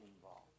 involved